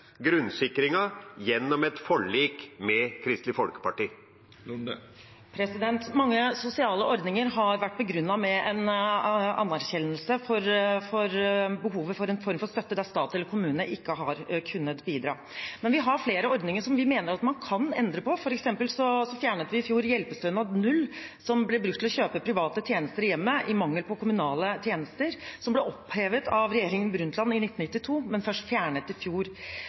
gjennom et forlik med Kristelig Folkeparti? Mange sosiale ordninger har vært begrunnet med en anerkjennelse av behovet for en form for støtte der stat eller kommune ikke har kunnet bidra. Men vi har flere ordninger som vi mener at man kan endre på. For eksempel fjernet vi i fjor hjelpestønad sats 0, som ble brukt til å kjøpe private tjenester til hjemmet i mangel på kommunale tjenester, og som ble opphevet av Brundtland-regjeringen i 1992, men fjernet først i fjor.